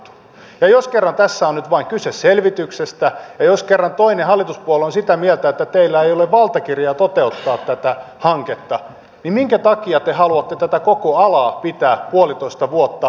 ja jos kerran tässä on nyt vain kyse selvityksestä ja jos kerran toinen hallituspuolue on sitä mieltä että teillä ei ole valtakirjaa toteuttaa tätä hanketta niin minkä takia te haluatte tätä koko alaa pitää puolitoista vuotta löysässä hirressä